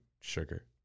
sugar